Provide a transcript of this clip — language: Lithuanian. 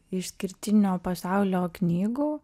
išskirtinio pasaulio knygų